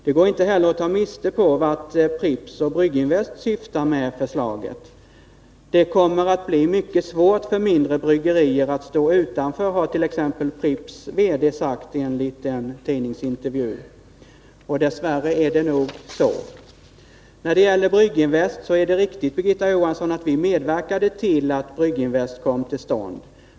Det går inte heller att ta miste på vart Pripps och Brygginvest siktar med förslaget. Det kommer att bli mycket svårt för mindre bryggerier att stå utanför, har t.ex. Pripps VD sagt enligt en tidningsintervju. Dess värre är det nog så. Det är riktigt, Birgitta Johansson, att vi medverkade till att Brygginvest kom till stånd.